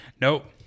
Nope